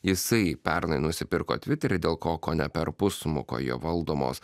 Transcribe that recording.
jisai pernai nusipirko tviterį dėl ko kone perpus smuko jo valdomos